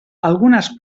algunes